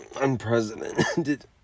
unprecedented